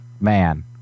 man